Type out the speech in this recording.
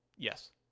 Yes